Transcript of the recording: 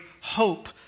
hope